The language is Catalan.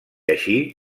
així